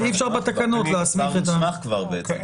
הוא כבר הוסמך בעצם.